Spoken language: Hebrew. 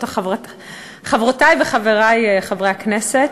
או חברותי וחברי חברי הכנסת,